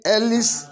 Ellis